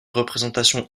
représentation